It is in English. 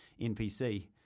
NPC